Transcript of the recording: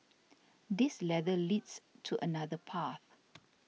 this ladder leads to another path